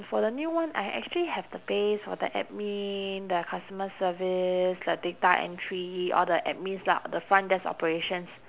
for the new one I actually have the base for the admin the customer service the data entry all the admins lah the front desk operations